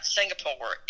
Singapore